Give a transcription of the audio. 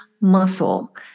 muscle